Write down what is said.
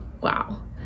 Wow